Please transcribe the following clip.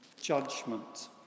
judgment